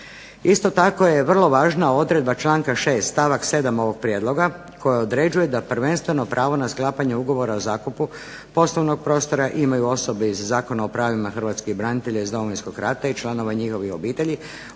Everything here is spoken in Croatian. Isto tako je vrlo važna odredba članka 6. stavak 7. ovog prijedloga koji određuje da prvenstveno pravo na sklapanje ugovora o zakupu poslovnog prostora imaju osobe iz Zakona o pravima Hrvatskih branitelja iz Domovinskog rata i članova njihovih obitelji